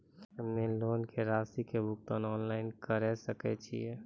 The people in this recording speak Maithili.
हम्मे लोन के रासि के भुगतान ऑनलाइन करे सकय छियै?